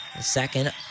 Second